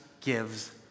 gives